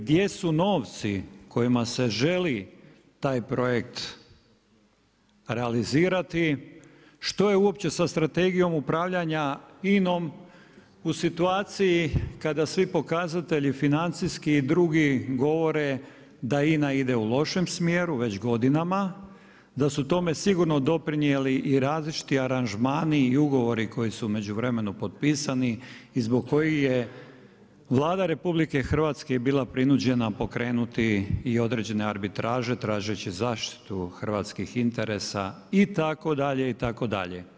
Gdje su novci kojima se želi taj projekt realizirati, što je uopće sa Strategijom upravljanja INA-om u situaciji kada svi pokazatelji financijski i drugi govore da INA ide u lošem smjeru već godinama, da su tome sigurno doprinijeli i različiti aranžmani i ugovori koji su u međuvremenu potpisani i zbog kojih je Vlada RH bila prinuđena pokrenuti i određene arbitraže tražeći zaštitu hrvatskih interesa itd. itd.